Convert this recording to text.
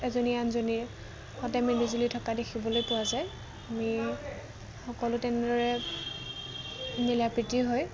এজনী আনজনীৰ সতে মিলিজুলি থকা দেখিবলৈ পোৱা যায় আমি সকলো তেনেদৰে মিলা প্ৰীতি হয়